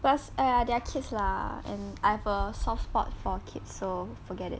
plus !aiya! they're kids lah and I have a soft spot for kids so forget it